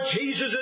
Jesus